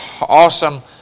awesome